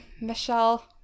Michelle